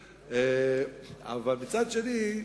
אבל מצד שני,